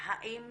האם